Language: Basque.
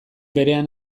berean